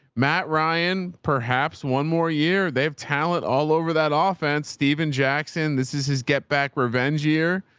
matt, ryan, perhaps one more year. they have talent all over that office. and steven jackson, this is his get back revenge year.